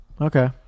Okay